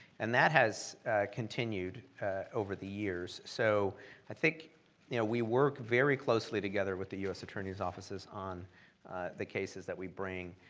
and that has continued over the years. so ah yeah we work very closely together with the u s. attorney's offices on the cases that we bring.